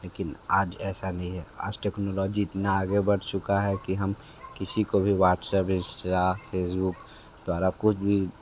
लेकिन आज ऐसा नहीं है आज टेक्नोलॉजी इतना आगे बढ़ चुका है कि हम किसी को भी व्हाट्सएप इंस्टाग्राम फेसबुक द्वारा कुछ भी